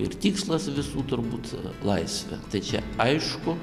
ir tikslas visų turbūt laisvė tai čia aišku